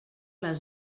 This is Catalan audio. les